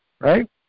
Right